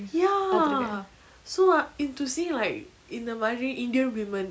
ya so in to see like இந்தமாரி:inthamari indian women